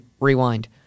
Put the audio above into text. rewind